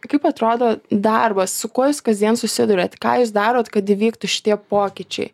kaip atrodo darbas su kuo jūs kasdien susiduriat ką jūs darot kad įvyktų šitie pokyčiai